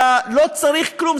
אתה לא צריך כלום.